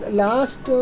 last